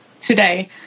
today